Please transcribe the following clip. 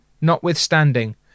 notwithstanding